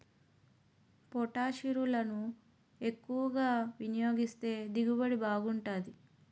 పొటాషిరులను ఎక్కువ వినియోగిస్తే దిగుబడి బాగుంటాది